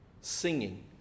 singing